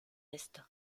esto